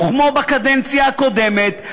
וכמו בקדנציה הקודמת,